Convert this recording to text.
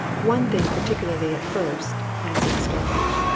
one thing particularly at first, answered starmidge.